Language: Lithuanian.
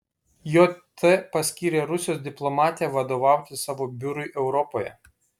jt paskyrė rusijos diplomatę vadovauti savo biurui europoje